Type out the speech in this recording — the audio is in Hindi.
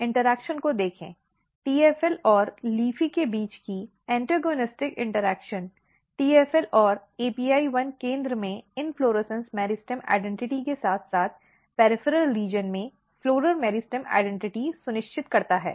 इन्टर्ऐक्शन को देखें TFL और LEAFY के बीच की ऐन्टेगनिस्टिक इन्टर्ऐक्शन TFL और AP1 1 केंद्र में इन्फ्लोरेसन्स मेरिस्टेम पहचान के साथ साथ पॅरिफ़ॅरॅल क्षेत्र में फ़्लॉरल मेरिस्टेम पहचान सुनिश्चित करता है